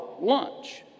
lunch